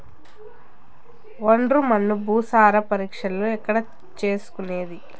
ఒండ్రు మన్ను భూసారం పరీక్షను ఎక్కడ చేసుకునేది?